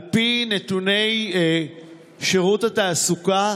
על פי נתוני שירות התעסוקה,